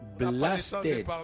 blasted